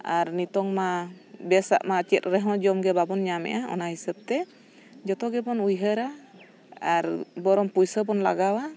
ᱟᱨ ᱱᱤᱛᱳᱜᱼᱢᱟ ᱵᱮᱥᱟᱜᱼᱢᱟ ᱪᱮᱫ ᱨᱮᱦᱚᱸ ᱡᱚᱢᱜᱮ ᱵᱟᱵᱚᱱ ᱧᱟᱢᱮᱜᱼᱟ ᱚᱱᱟ ᱦᱤᱥᱟᱹᱵᱛᱮ ᱡᱚᱛᱚ ᱜᱮᱵᱚᱱ ᱩᱭᱦᱟᱹᱨᱟ ᱟᱨ ᱵᱚᱨᱚᱱ ᱯᱩᱭᱥᱟᱹ ᱵᱚᱱ ᱞᱟᱜᱟᱣᱟ